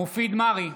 מופיד מרעי,